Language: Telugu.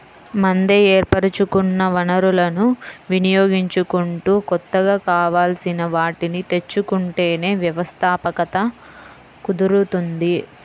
ముందే ఏర్పరచుకున్న వనరులను వినియోగించుకుంటూ కొత్తగా కావాల్సిన వాటిని తెచ్చుకుంటేనే వ్యవస్థాపకత కుదురుతుంది